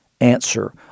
answer